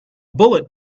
bullet